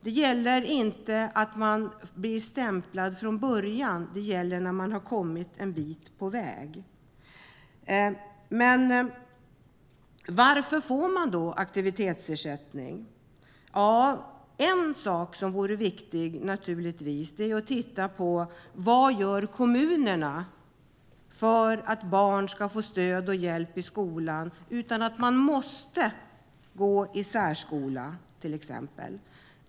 Det gäller inte att man blir stämplad från början utan det gäller när man har kommit en bit på väg. Varför får man då aktivitetsersättning? En sak som naturligtvis vore viktig är att titta på vad kommunerna gör för att barn ska få stöd och hjälp i skolan, utan att man måste gå i särskola till exempel.